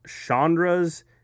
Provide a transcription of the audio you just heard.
Chandra's